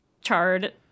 charred